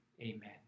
amen